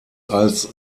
als